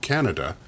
Canada